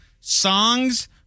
Songs